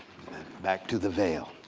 back to the veil,